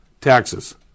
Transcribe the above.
Taxes